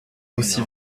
aussi